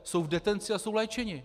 Jsou v detenci a jsou léčeni.